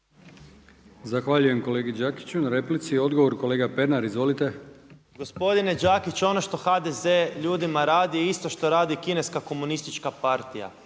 Zahvaljujem kolegi Đakiću na replici. Odgovor kolega Pernar. Izvolite. **Pernar, Ivan (Živi zid)** Gospodine Đakić, ono što HDZ ljudima radi, je isto što radi kineska Komunistička partija.